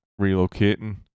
Relocating